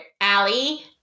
Allie